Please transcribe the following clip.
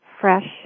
fresh